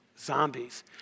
Zombies